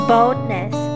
Boldness